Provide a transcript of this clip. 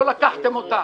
לא לקחתם אותה,